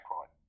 right